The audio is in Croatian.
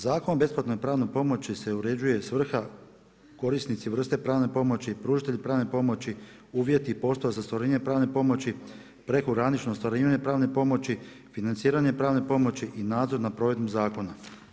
Zakonom o besplatnoj pravnoj pomoći se uređuje svrha, korisnici, vrste pravne pomoći, pružatelji pravne pomoći, uvjeti poslova za ostvarenje pravne pomoći, prekogranično ostvarivanje pravne pomoći, financiranje pravne pomoći i nadzor nad provedbom zakona.